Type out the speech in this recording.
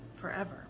forever